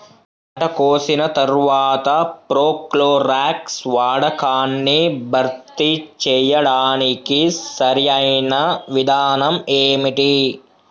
పంట కోసిన తర్వాత ప్రోక్లోరాక్స్ వాడకాన్ని భర్తీ చేయడానికి సరియైన విధానం ఏమిటి?